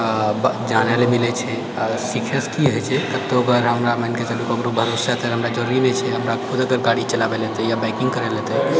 आओर जानै लए मिलै छै आओर सीखैसँ की हय छै तऽ मानिकऽ चलू ककरो भरोसे हमरा जरुरी नहि छै हमरा गाड़ी चलाबै लए या बाइकिंग करै लए